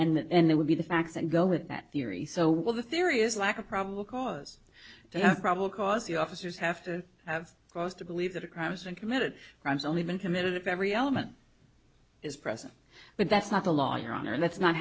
theory and that would be the facts and go with that theory so well the theory is lack of probable cause to have probable cause the officers have to have cause to believe that a crime has been committed crimes only been committed if every element is present but that's not the law your honor that's not